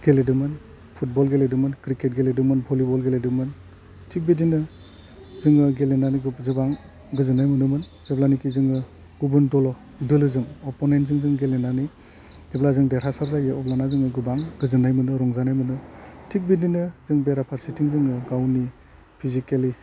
गेलेदोंमोन फुटबल गेलेदोंमोन क्रिकेट गेलेदोंमोन भलिबल गेलेदोंमोन थिक बिदिनो जोङो गेलेनानै जोबां गोजोन्नाय मोनदोंमोन जेब्लानेखि जोङो गुबुन दलाव दोलोजों अप'नेनजों जों गेलेनानै जेब्ला जों देरहासाथ जायो अब्लाना जोङो गोबां गोजोन्नाय मोनो रंजानाय मोनो थिक बिदिनो जों बेराफारसेथिं जोङो गावनि फिजिकेलि